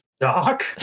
Doc